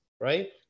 right